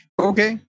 Okay